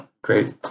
Great